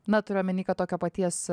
na turiu omeny kad tokio paties